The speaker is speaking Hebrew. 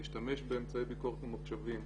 להשתמש באמצעי ביקורת ממוחשבים.